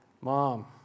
Mom